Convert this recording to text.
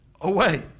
away